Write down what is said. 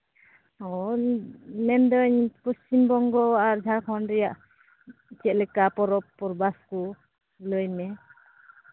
ᱚᱸᱻ ᱢᱮᱱᱫᱟᱹᱧ ᱯᱚᱪᱷᱤᱢ ᱵᱚᱝᱜᱚ ᱟᱨ ᱡᱷᱟᱲᱠᱷᱚᱸᱰ ᱨᱮᱭᱟᱜ ᱪᱮᱫ ᱞᱮᱠᱟ ᱯᱚᱨᱚᱵᱽ ᱯᱚᱨᱵᱷᱟᱥ ᱠᱚ ᱞᱟᱹᱭ ᱢᱮ